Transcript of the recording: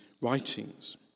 writings